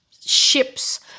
ships